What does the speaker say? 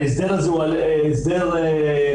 ההסדר הזה הוא הסדר ממלכתי,